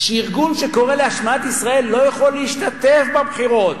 שארגון שקורא להשמדת ישראל לא יכול להשתתף בבחירות.